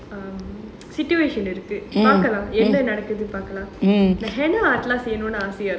um situation இருக்கு பாக்கலாம் என்ன நடக்குதுன்னு பாக்கலாம்:iruku paakalaam enna nadakuthunu paakalaam the henna செய்னுன்னு ஆசையா இருக்கு:seiyanunnu aasaiyaa irukku